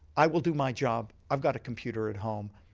i will do my job, i've got a computer at home,